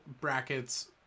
brackets